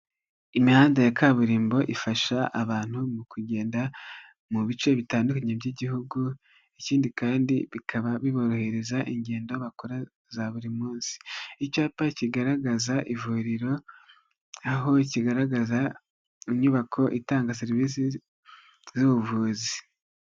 Imihanda ya kaburimbo ifasha abantu mu kugenda mu bice bitandukanye by'igihugu, ikindi kandi bikaba biborohereza ingendo bakora za buri munsi. Icyapa kigaragaza ivuriro aho kigaragaza inyubako itanga serivisi z'ubuvuzi.